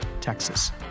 Texas